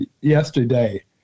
yesterday